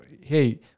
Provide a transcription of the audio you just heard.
hey